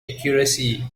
accuracy